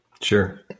sure